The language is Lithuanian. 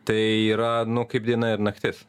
tai yra nu kaip diena ir naktis